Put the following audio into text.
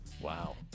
Wow